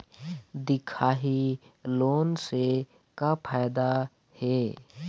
दिखाही लोन से का फायदा हे?